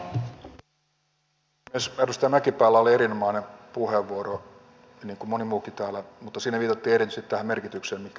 edustaja mäkipäällä oli erinomainen puheenvuoro niin kuin monella muullakin täällä mutta siinä viitattiin erityisesti tähän merkitykseen mikä on yrittäjien toiminnalla